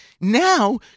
Now